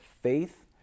faith